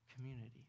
community